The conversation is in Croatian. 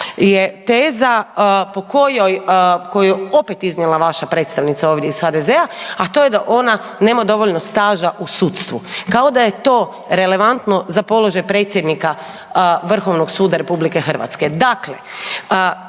je teza po kojoj, koju je opet iznijela vaša predstavnica ovdje iz HDZ-a a to je da ona nema dovoljno staža u sudstvu, kao da je to relevantno za položaj predsjednika Vrhovnog suda Republike Hrvatske.